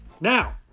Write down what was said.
Now